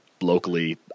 locally